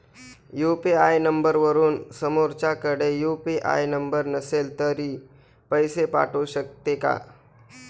UPI नंबरवरून समोरच्याकडे UPI number नसेल तरी पैसे पाठवू शकते का?